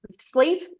Sleep